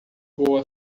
boa